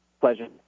Pleasure